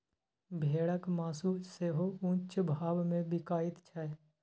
भेड़क मासु सेहो ऊंच भाव मे बिकाइत छै